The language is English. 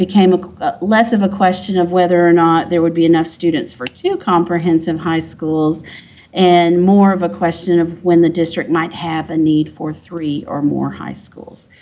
became ah less of a question of whether or not there would be enough students for two comprehensive high schools and more of a question of when the district might have a need for three or more high schools.